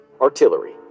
artillery